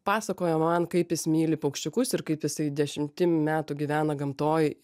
pasakojo man kaip jis myli paukščiukus ir kaip jisai dešimtim metų gyvena gamtoj